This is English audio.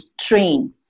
train